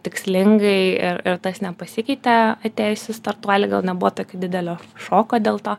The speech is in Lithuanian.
tikslingai ir ir tas nepasikeitė atėjus į startuolį gal nebuvo tokio didelio šoko dėl to